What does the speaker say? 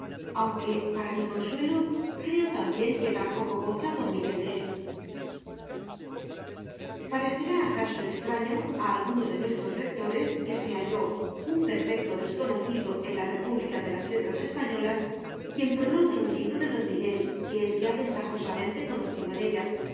aunque para mi consuelo creo también que tampoco goza don miguel de él parecerá acaso extraño a alguno de nuestros lectores que sea yo un perfecto desconocido en la república de las letras españolas quien prologue un libro de don miguel que es ya ventajosamente conocido en ella